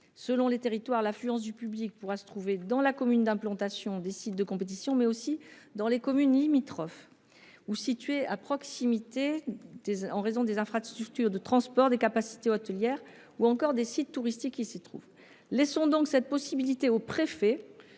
selon les territoires, l'affluence du public pourra se trouver dans la commune d'implantation des sites de compétition, mais aussi dans des communes limitrophes ou situées à proximité en raison des infrastructures de transports, des capacités hôtelières ou encore des sites touristiques qui s'y trouvent. Laissons la possibilité aux préfets